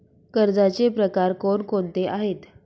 कर्जाचे प्रकार कोणकोणते आहेत?